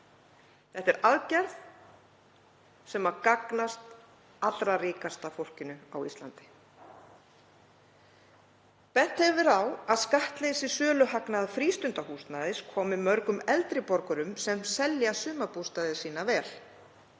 Þetta er aðgerð sem gagnast allra ríkasta fólkinu á Íslandi. „Bent hefur verið á að skattleysi söluhagnaðar frístundahúsnæðis komi mörgum eldri borgurum sem selja sumarbústaði sína vel.